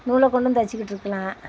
நூலைக் கொண்டும் தைச்சிக்கிட்ருக்கலாம்